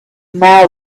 now